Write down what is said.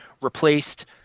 replaced